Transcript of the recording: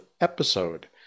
episode